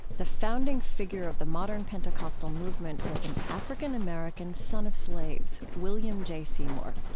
the founding figure of the modern pentecostal movement was an african-american son of slaves, william j. seymour.